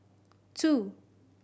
two